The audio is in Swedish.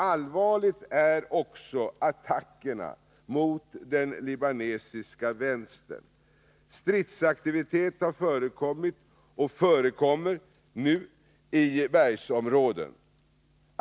Allvarliga är också attackerna mot den libanesiska vänstern. Stridsaktivitet har förekommit och förekommer nu i bergsområden.